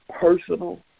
personal